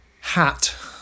hat